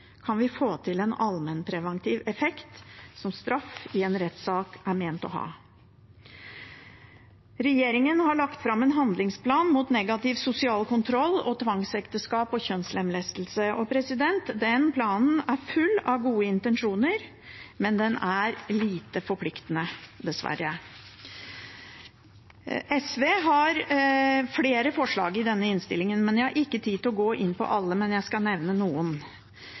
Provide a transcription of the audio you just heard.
kan vi få til en allmennpreventiv effekt, som straff i en rettssak er ment å ha. Regjeringen har lagt fram en handlingsplan mot negativ sosial kontroll, tvangsekteskap og kjønnslemlestelse. Planen er full av gode intensjoner, men den er lite forpliktende, dessverre. SV har flere forslag i denne innstillingen. Jeg har ikke tid til å gå inn på alle, men jeg skal nevne noen: